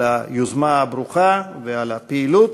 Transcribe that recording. על היוזמה הברוכה ועל הפעילות.